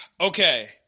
okay